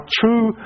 true